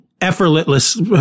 effortless